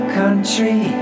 country